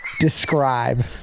Describe